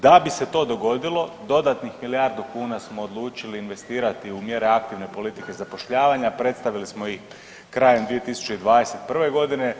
Da bi se to dogodilo dodatnih milijardu kuna smo odlučili investirati u mjere aktivne politike zapošljavanja, predstavili smo ih krajem 2021. godine.